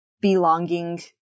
belonging